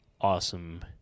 awesome